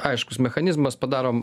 aiškus mechanizmas padarom